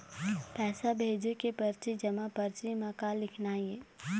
पैसा भेजे के परची जमा परची म का लिखना हे?